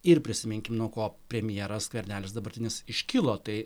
ir prisiminkim nuo ko premjeras skvernelis dabartinis iškilo tai